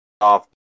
off